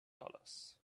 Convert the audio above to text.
dollars